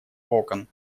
окон